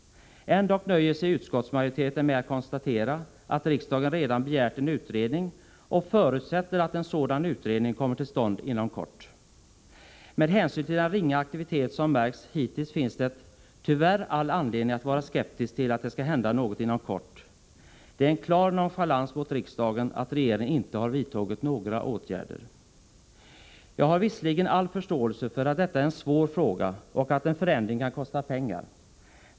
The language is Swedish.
Ändock nöjer sig utskottsmajoriteten med att konstatera att riksdagen redan begärt en utredning och förutsätter att en sådan utredning kommer till stånd inom kort. Med hänsyn till den ringa aktivitet som märkts hittills finns det tyvärr all anledning att vara skeptisk till att det skall hända något ”inom kort”. Det är en klar nonchalans mot riksdagen att regeringen inte har vidtagit några åtgärder. Jag har visserligen all förståelse för att detta är en svår fråga och att en förändring kan kosta pengar.